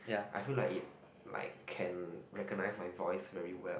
I feel like it like can recognize my voice very well